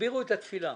תגבירו את התפילה.